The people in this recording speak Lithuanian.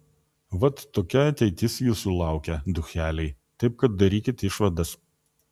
vat tokia ateitis jūsų laukia ducheliai taip kad darykit išvadas